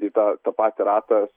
į tą tą patį ratą